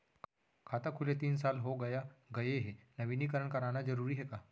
खाता खुले तीन साल हो गया गये हे नवीनीकरण कराना जरूरी हे का?